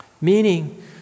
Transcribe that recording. Meaning